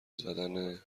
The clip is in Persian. زدن